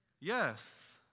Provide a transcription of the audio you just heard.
yes